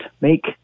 Make